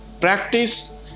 Practice